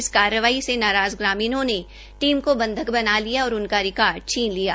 इस कार्रवाई से नाराज़ ग्रामीणों ने टीम को बंधक बना लिया और उनका रिकार्ड छीन लिया